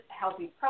healthy